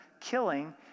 killing